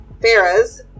Farah's